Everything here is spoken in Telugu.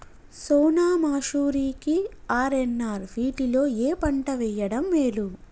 సోనా మాషురి కి ఆర్.ఎన్.ఆర్ వీటిలో ఏ పంట వెయ్యడం మేలు?